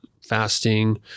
fasting